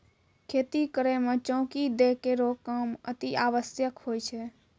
खेती करै म चौकी दै केरो काम अतिआवश्यक होय छै